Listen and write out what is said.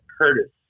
Curtis